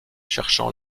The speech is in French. cherchant